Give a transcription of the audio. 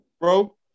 bro